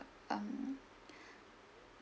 um